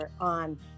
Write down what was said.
on